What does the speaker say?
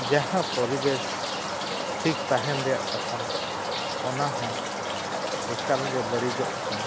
ᱡᱟᱦᱟᱸ ᱯᱚᱨᱤᱵᱮᱥ ᱴᱷᱤᱠ ᱛᱟᱦᱮᱱ ᱨᱮᱱᱟᱜ ᱠᱟᱛᱷᱟ ᱚᱱᱟ ᱦᱚᱸ ᱮᱠᱟᱞᱜᱮ ᱵᱟᱹᱲᱤᱡᱚᱜ ᱠᱟᱱᱟ